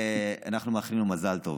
ואנחנו מאחלים לו מזל טוב.